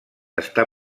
està